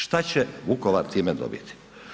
Šta će Vukovar time dobiti?